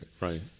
right